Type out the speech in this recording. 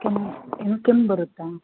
ಕೆಮ್ಮು ಏನು ಕೆಮ್ಮು ಬರುತ್ತಾ